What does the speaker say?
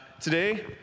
Today